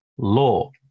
Law